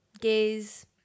gays